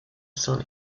sunny